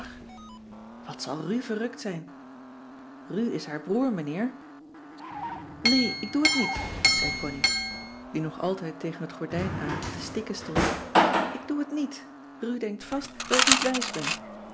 wat zal ru verrukt zijn ru is haar broer meneer nee ik doe t niet zei connie die nog altijd tegen het gordijn aan te stikken stond ik doe t niet ru denkt vast dat ik niet wijs ben